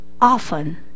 often